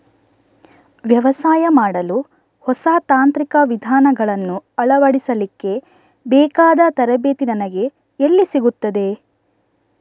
ವ್ಯವಸಾಯ ಮಾಡಲು ಹೊಸ ತಾಂತ್ರಿಕ ವಿಧಾನಗಳನ್ನು ಅಳವಡಿಸಲಿಕ್ಕೆ ಬೇಕಾದ ತರಬೇತಿ ನನಗೆ ಎಲ್ಲಿ ಸಿಗುತ್ತದೆ?